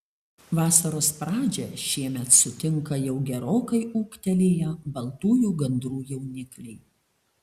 vasaros pradžią šiemet sutinka jau gerokai ūgtelėję baltųjų gandrų jaunikliai